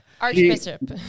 Archbishop